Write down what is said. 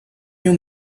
you